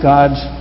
God's